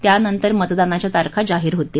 त्यानंतर मतदानाच्या तारखा जाहीर होतील